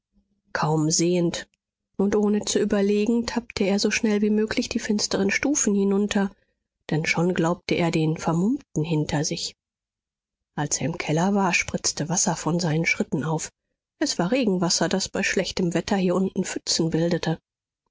kaum sehend und ohne zu überlegen tappte er so schnell wie möglich die finsteren stufen hinunter denn schon glaubte er den vermummten hinter sich als er im keller war spritzte wasser von seinen schritten auf es war regenwasser das bei schlechtem wetter hier unten pfützen bildete